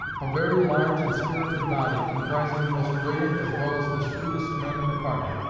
a very large and spirited body, comprising the most brilliant as well as the shrewdest men in the party.